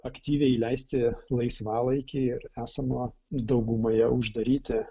aktyviai leisti laisvalaikį ir esame daugumoje uždaryti